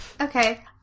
Okay